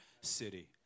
city